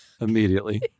immediately